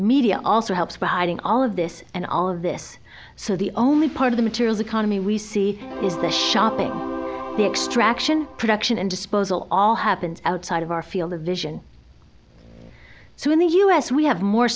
media also helps with hiding all of this and all of this so the only part of the materials economy we see is the shopping the extraction production and disposal all happens outside of our field of vision so in the u s we have more